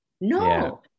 no